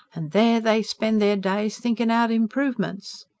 and there they spend their days thinking out improvements.